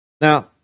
Now